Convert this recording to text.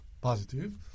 positive